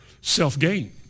self-gain